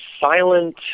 silent